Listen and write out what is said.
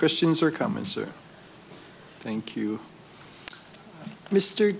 christians are coming sir thank you mr